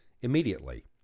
immediately